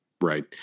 Right